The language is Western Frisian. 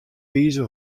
wize